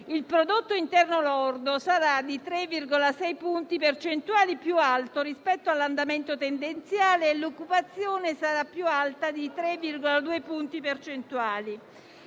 Il prodotto interno lordo sarà di 3,6 punti percentuali più alto rispetto all'andamento tendenziale e l'occupazione sarà più alta di 3,2 punti percentuali;